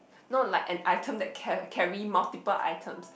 not like an item that car~ carry multiple items